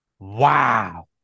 wow